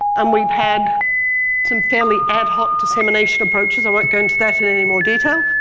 and we've had some fairly ad hoc dissimilation approaches, i won't get into that any more detail.